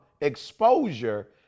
exposure